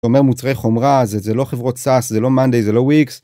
אומר מוצרי חומרה זה זה לא חברות saas, זה לא manday, זה לא wix.